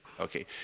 Okay